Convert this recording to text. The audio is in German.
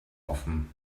offen